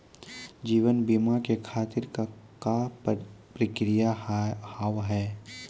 जीवन बीमा के खातिर का का प्रक्रिया हाव हाय?